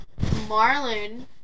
Marlon